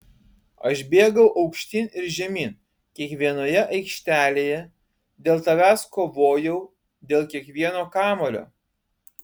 aš bėgau aukštyn ir žemyn kiekvienoje aikštelėje dėl tavęs kovojau dėl kiekvieno kamuolio